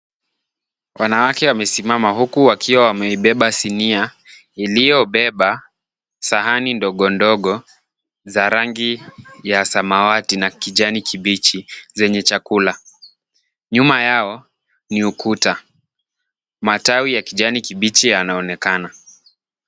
Wanawake wame simama huku wakiwa wameibeba sinia, iliyo beba sahani ndogo ndogo za rangi ya samawati na kijani kibichi zenye chakula. Nyuma yao, ni ukuta. Matawi ya kijani kibichi yanaonekana.